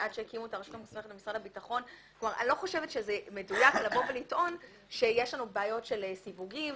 אני לא חושבת שזה מדויק לבוא ולטעון שיש לנו בעיות של סיווגים,